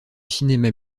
cinéma